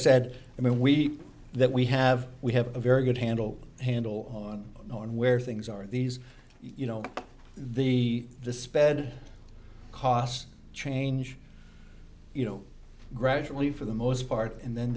said i mean we that we have we have a very good handle handle on where things are these you know the suspended costs change you know gradually for the most part and then